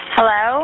Hello